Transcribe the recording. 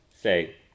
say